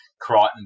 Crichton